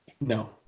no